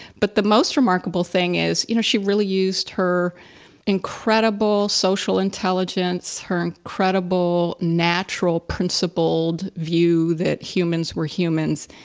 but the most remarkable thing is you know she really used her incredible social intelligence, her incredible, natural, principled view that humans were humans.